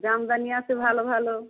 জামদানি আছে ভালো ভালো